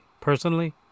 personally